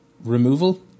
removal